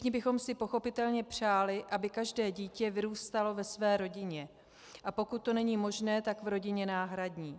Všichni bychom si pochopitelně přáli, aby každé dítě vyrůstalo ve své rodině, a pokud to není možné, tak v rodině náhradní.